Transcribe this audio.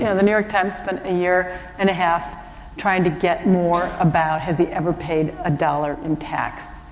and the new york times spent a year and a half trying to get more about has he ever paid a dollar in tax.